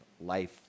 life